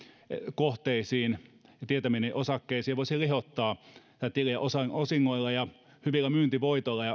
kohteisiin ja tietämiini osakkeisiin voisin lihottaa tiliä osingoilla ja hyvillä myyntivoitoilla ja